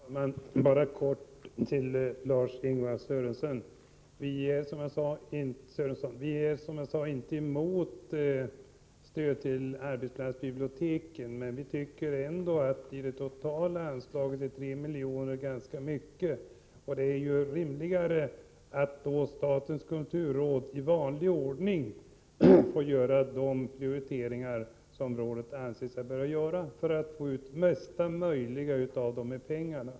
Herr talman! Bara kort till Lars-Ingvar Sörenson. Vi är, som jag sade tidigare, inte emot stöd till arbetsplatsbiblioteken, men vi tycker att 3 milj.kr. är ganska mycket i förhållande till det totala anslaget. Det är då rimligare att statens kulturråd i vanlig ordning får göra de prioriteringar som rådet anser sig böra göra för att få ut mesta möjliga av pengarna.